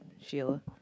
Sheila